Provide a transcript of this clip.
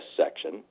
section